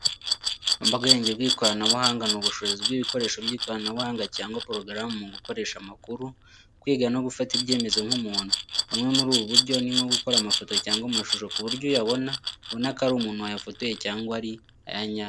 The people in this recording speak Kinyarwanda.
Ubwenge bw'ikoranabuhanga ni ubushobozi bw'ibikoresho by'ikoranabuhanga cyangwa porogaramu mu gukoresha amakuru, kwiga no gufata ibyemezo nk'umuntu. Bumwe muri ubu buryo ni nko gukora amafoto cyangwa amashusho ku buryo uyabona abona ko ari umuntu wayafotoye cyangwa ari ayanyayo.